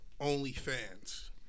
OnlyFans